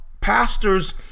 pastors